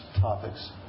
topics